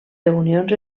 reunions